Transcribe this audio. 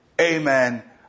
amen